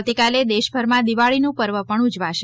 આવતીકાલે દેશભરમાં દિવાળીનું પર્વ પણ ઉજવાશે